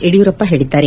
ಯಡಿಯೂರಪ್ಪ ಹೇಳಿದ್ದಾರೆ